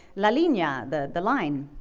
la linea the the line